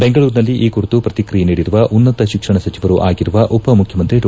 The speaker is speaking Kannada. ಬೆಂಗಳೂರಿನಲ್ಲಿ ಈ ಕುರಿತು ಪ್ರಕ್ರಿಯೆ ನೀಡಿರುವ ಉನ್ನತ ಶಿಕ್ಷಣ ಸಚಿವರೂ ಆಗಿರುವ ಉಪ ಮುಖ್ಯಮಂತ್ರಿ ಡಾ